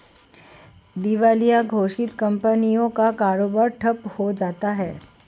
दिवालिया घोषित कंपनियों का कारोबार ठप्प हो जाता है